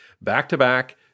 back-to-back